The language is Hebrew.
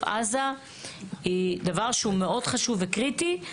עזה היא דבר שהוא מאוד חשוב וקריטי.